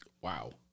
Wow